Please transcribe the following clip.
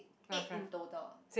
eight in total